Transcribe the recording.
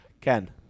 Ken